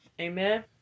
Amen